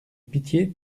pitié